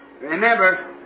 Remember